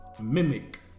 mimic